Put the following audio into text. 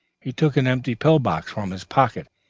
he took an empty pill-box from his pocket,